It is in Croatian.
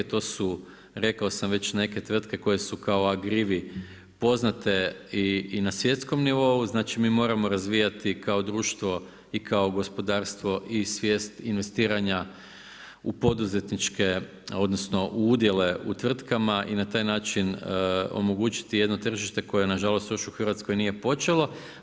To su rekao sam već neke tvrtke koje su kao agrivi poznate i na svjetskom nivou, znači mi moramo razvijati kao društvo i kao gospodarstvo i svijest investiranja u poduzetničke odnosno udjele u tvrtkama i na taj način omogućiti jedno tržište koje nažalost još u Hrvatskoj nije počelo.